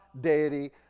deity